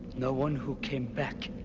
no one who came back.